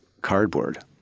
cardboard